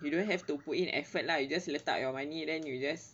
you don't have to put in effort lah you just letak your money then you just